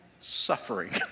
suffering